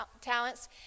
talents